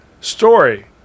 story